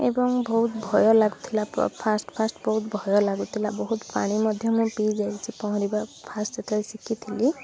ଏବଂ ବହୁତ ଭୟ ଲାଗୁଥିଲା ଫାର୍ଷ୍ଟ୍ ଫାର୍ଷ୍ଟ୍ ବହୁତ ଭୟ ଲାଗୁଥିଲା ବହୁତ ପାଣି ମଧ୍ୟ ମୁଁ ପି ଯାଇଛି ପହରିବା ଫାର୍ଷ୍ଟ୍ ଯେତେବେଳେ ମୁଁ ଶିଖିଥିଲି